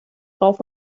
rauf